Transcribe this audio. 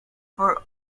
for